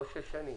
לא שש שנים.